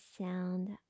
sound